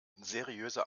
seriöse